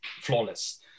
flawless